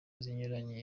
zinyuranye